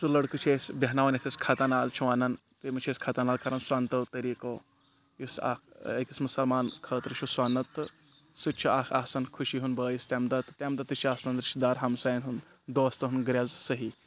سُہ لٔڑکہٕ چھِ أسۍ بَہناوان یَتھ أسۍ خَتنٛحال چھِ وَنان تیٚمِس چھِ أسۍ خَتنٛحال کَران سونتو طٔریٖقو یُس اَکھ أکِس مُسلمان خٲطرٕ چھُ سوٚنَت تہٕ سُہ تہِ چھِ اَکھ آسان خُوشی ہُنٛد بٲیِس تَمہِ دۄہ تَمہِ دۄہ تہِ چھِ آسان رِشتہٕ دار ہمسایَن ہُنٛد دوستَن ہُںٛد گرٛٮ۪ز صحیح